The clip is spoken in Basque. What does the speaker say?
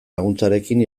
laguntzarekin